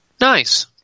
Nice